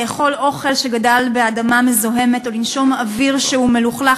לאכול אוכל שגדל באדמה מזוהמת או לנשום אוויר שהוא מלוכלך,